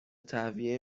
تهویه